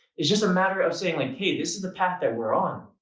it's just a matter of saying like, hey this is the path that we're on.